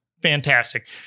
fantastic